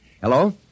Hello